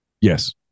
Yes